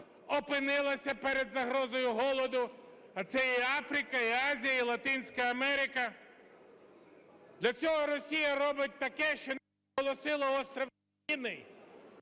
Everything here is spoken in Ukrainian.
опинилася перед загрозою голоду, а це є Африка, Азія, Латинська Америка. Для цього Росія робить таке, що оголосила острів Зміїний